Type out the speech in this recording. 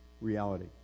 reality